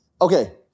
okay